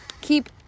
keep